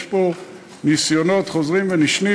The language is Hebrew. יש פה ניסיונות חוזרים ונשנים.